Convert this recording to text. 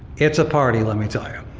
it's a party, lemme tell you.